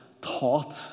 taught